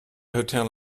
hotel